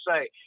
say